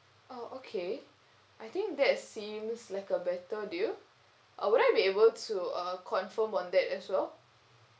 oh okay I think that seems like a better deal uh would I be able to uh confirm on that as well